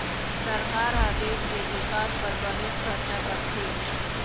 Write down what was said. सरकार ह देश के बिकास बर बनेच खरचा करथे